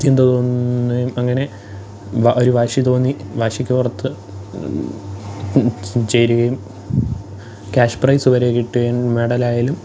ചിന്ത തോന്നി അങ്ങനെ വാ ഒരു വാശി തോന്നി വാശിക്ക് പുറത്ത് ചേരുകയും ക്യാഷ് പ്രൈസ് വരെ കിട്ടുകയും മെഡലായാലും